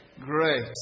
Great